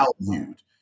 valued